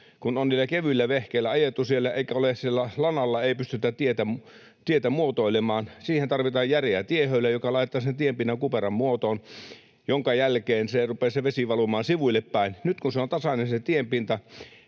niillä kevyillä vehkeillä ajettu siellä eikä lanalla pystytä tietä muotoilemaan. Siihen tarvitaan järeä tiehöylä, joka laittaa sen tienpinnan kuperaan muotoon, minkä jälkeen rupeaa vesi valumaan sivuille päin. Nyt kun se tienpinta